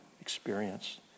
experience